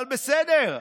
אבל בסדר,